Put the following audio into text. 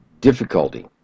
difficulty